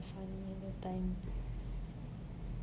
okay lah I know I know of